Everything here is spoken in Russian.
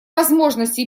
возможности